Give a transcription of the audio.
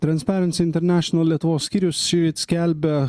trancperins internešinal lietuvos skyrius šįryt skelbia